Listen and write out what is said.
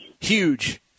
Huge